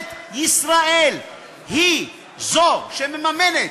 ממשלת ישראל היא זו שמממנת